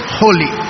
holy